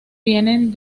vienen